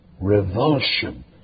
revulsion